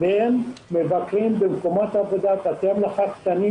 והם מבקרים במקומות עבודה, בתי מלאכה קטנים